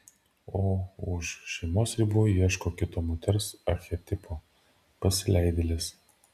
o už šeimos ribų ieško kito moters archetipo pasileidėlės